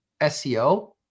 SEO